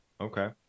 Okay